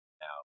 now